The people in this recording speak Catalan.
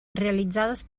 realitzades